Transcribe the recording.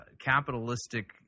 capitalistic